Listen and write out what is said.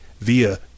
via